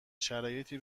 شرایطی